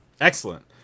Excellent